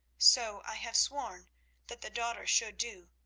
so i have sworn that the daughter should do,